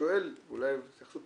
שיר מהמטה לתעסוקת